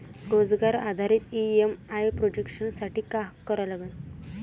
रोजगार आधारित EMI projection साठी का करा लागन?